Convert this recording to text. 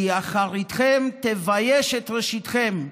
כי אחריתכם תבייש את ראשיתכם.